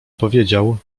powiedział